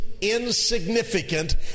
insignificant